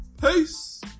Peace